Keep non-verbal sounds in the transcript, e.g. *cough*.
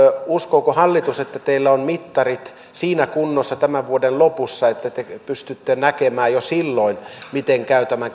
uskooko hallitus että teillä ovat mittarit tämän vuoden lopussa siinä kunnossa että te pystytte näkemään jo silloin miten käy tämän *unintelligible*